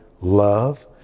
love